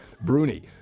Bruni